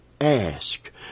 ask